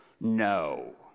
no